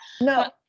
no